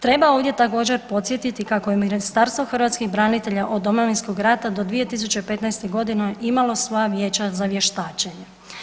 Treba ovdje također podsjetiti kako je Ministarstvo hrvatskih branitelja od Domovinskog rata do 2015. g. imalo svoja vijeća za vještačenje.